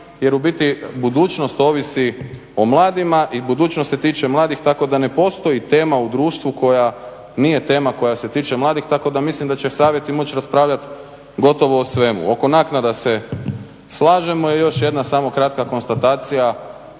jer u biti budućnost ovisi o mladima i budućnost se tiče mladih, tako da ne postoji tema u društvu koja nije tema koja se tiče mladih tako da mislim da će savjeti moći raspravljati gotovo o svemu. Oko naknada se slažemo i još jedna samo kratka konstatacija